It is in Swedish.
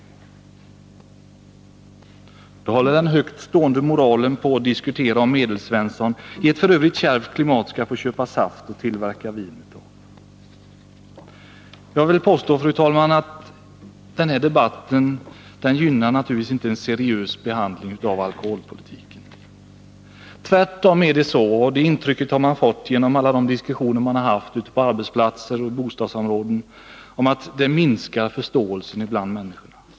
Då håller man i den högt stående moralens namn på att diskutera om Medelsvensson skall få — i det även i övrigt kärva klimatet — köpa saft för att tillverka vin. Jag vill påstå, fru talman, att denna debatt naturligtvis inte gynnar en seriös behandling av alkoholpolitiken. Tvärtom är det så — det är det intryck man har fått genom många diskussioner ute på arbetsplatser och i bostadsområden — att denna debatt minskar förståelsen bland människorna.